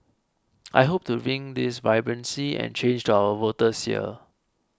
I hope to bring this vibrancy and change to our voters here